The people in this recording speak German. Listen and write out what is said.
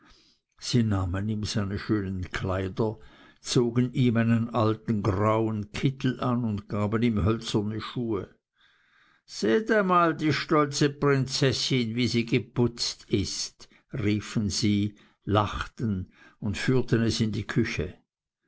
sie nahmen ihm seine schönen kleider weg zogen ihm einen grauen alten kittel an und gaben ihm hölzerne schuhe seht einmal die stolze prinzessin wie sie geputzt ist riefen sie lachten und führten es in die küche